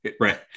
Right